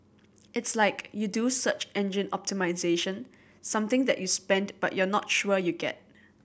it's like you do search engine optimisation something that you spend but you're not sure you get